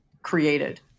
created